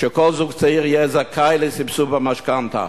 שכל זוג צעיר יהיה זכאי לסבסוד במשכנתה,